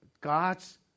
God's